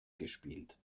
gespielt